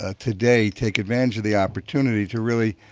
ah today take advantage of the opportunity to really